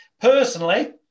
personally